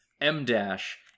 M-dash